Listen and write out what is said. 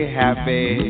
happy